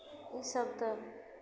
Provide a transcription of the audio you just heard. इसभ तऽ